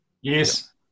Yes